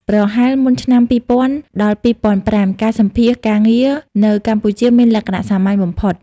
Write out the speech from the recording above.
ប្រហែលមុនឆ្នាំ ២០០០-២០០៥ ការសម្ភាសន៍ការងារនៅកម្ពុជាមានលក្ខណៈសាមញ្ញបំផុត។